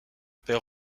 père